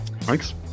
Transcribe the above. Thanks